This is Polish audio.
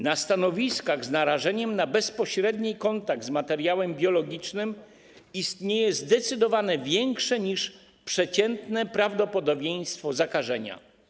Na stanowiskach narażonych na bezpośredni kontakt z materiałem biologicznym istnieje zdecydowanie większe niż przeciętne prawdopodobieństwo zakażenia.